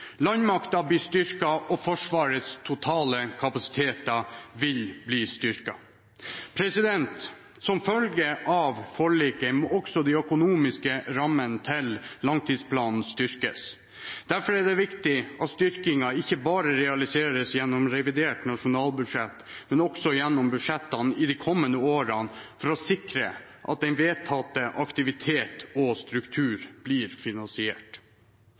blir styrket, og Forsvarets totale kapasiteter vil bli styrket. Som følge av forliket må også de økonomiske rammene til langtidsplanen styrkes. Derfor er det viktig at styrkingen ikke bare realiseres gjennom revidert nasjonalbudsjett, men også gjennom budsjettene i de kommende årene for å sikre at den vedtatte aktivitet og struktur blir finansiert.